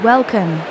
Welcome